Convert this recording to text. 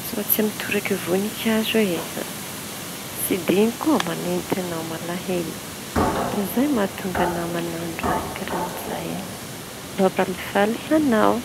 Misaotsy amy toraky voninkazo e! Tsy diniko mañety añao malaelo da zay mahatonga anahy mañano raha karà zay mampalifaly añao.